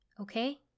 okay